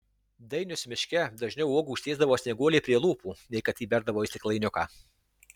dainius miške dažniau uogų ištiesdavo snieguolei prie lūpų nei kad įberdavo į stiklainiuką